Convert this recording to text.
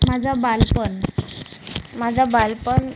माझं बालपण माझं बालपण